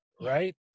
right